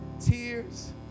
tears